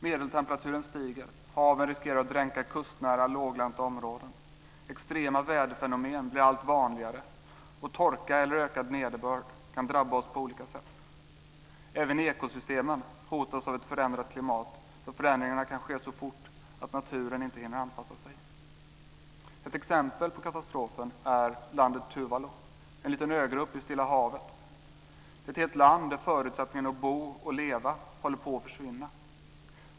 Medeltemperaturen stiger, haven riskerar att dränka kustnära låglänta områden, extrema värdefenomen blir allt vanligare, och torka eller ökad nederbörd kan drabba oss på olika sätt. Även ekosystemen hotas av ett förändrat klimat då förändringarna kan ske så fort att naturen inte hinner anpassa sig. Ett exempel på katastrofen är landet Tuvalu, en liten ögrupp i Stilla havet. Ett helt land med förutsättningarna för att bo och leva håller på att försvinna.